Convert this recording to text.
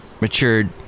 matured